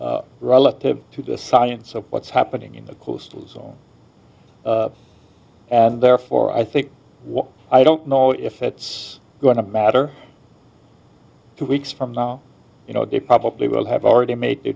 relative to the science of what's happening in the coastal zone and therefore i think i don't know if it's going to matter two weeks from now you know they probably will have already made